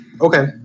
Okay